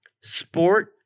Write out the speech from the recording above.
Sport